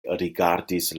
rigardis